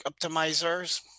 optimizers